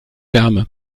wärme